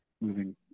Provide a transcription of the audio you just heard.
moving